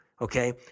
okay